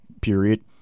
period